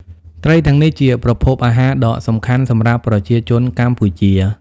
ត្រីទាំងនេះជាប្រភពអាហារដ៏សំខាន់សម្រាប់ប្រជាជនកម្ពុជា។